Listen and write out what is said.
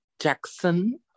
Jackson